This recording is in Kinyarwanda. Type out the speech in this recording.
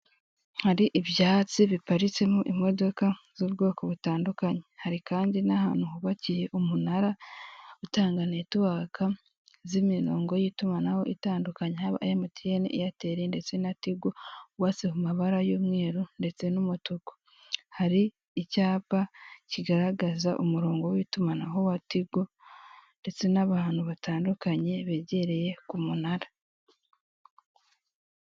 Hari ibyatsi biparitsemo imodoka z'ubwoko butandukanye hari kandi n'ahantu hubakiye umunara utanga netiwaka z'imirongo y'itumanaho itandukanye haba emutiyene, Eyateli ndetse na Tigo uwase ku mabara y'umweru ndetse n'umutuku hari icyapa kigaragaza umurongo w'itumanaho wa tigo ndetse n'abantu batandukanye begereye ku munara